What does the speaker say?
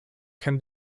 can